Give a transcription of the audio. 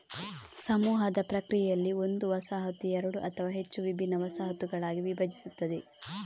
ಸಮೂಹದ ಪ್ರಕ್ರಿಯೆಯಲ್ಲಿ, ಒಂದು ವಸಾಹತು ಎರಡು ಅಥವಾ ಹೆಚ್ಚು ವಿಭಿನ್ನ ವಸಾಹತುಗಳಾಗಿ ವಿಭಜಿಸುತ್ತದೆ